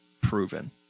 proven